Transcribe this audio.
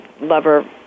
lover